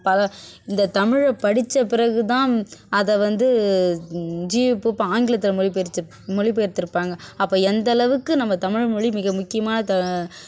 பல இந்த தமிழை படித்த பிறகு தான் அதை வந்து ஜியு போப் ஆங்கிலத்தில் மொழிபெயர்த்து மொழிப்பெயர்த்திருப்பாங்க அப்போ எந்த அளவுக்கு நம்ம தமிழ்மொழி மிக முக்கியமான த